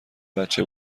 بچه